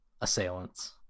assailants